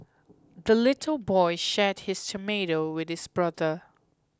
the little boy shared his tomato with his brother